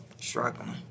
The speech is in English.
struggling